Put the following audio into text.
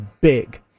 big